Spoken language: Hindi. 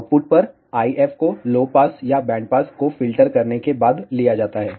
आउटपुट पर IF को लो पास या बैंड पास को फ़िल्टर करने के बाद लिया जाता है